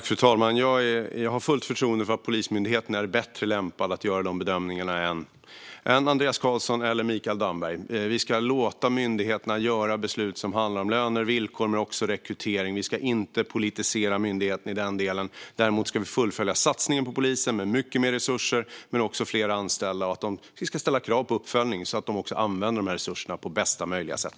Fru talman! Jag har fullt förtroende för att Polismyndigheten är bättre lämpad att göra de bedömningarna än Andreas Carlson eller Mikael Damberg. Vi ska låta myndigheterna fatta beslut som handlar om löner och villkor men också rekrytering. Vi ska inte politisera myndigheterna i den delen. Däremot ska vi fullfölja satsningen på polisen med mycket mer resurser men också fler anställda, och vi ska ställa krav på uppföljning så att de använder resurserna på bästa möjliga sätt.